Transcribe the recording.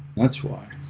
that's wrong.